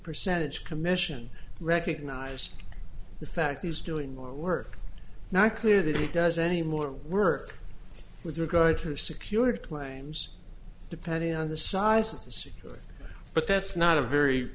percentage commission recognize the fact he's doing more work not clear that he does any more work with regard to security claims depending on the size of the security but that's not a very